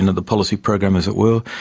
and the policy program, as it were.